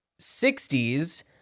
60s